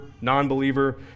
non-believer